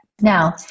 Now